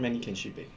how many can she bake